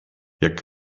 jak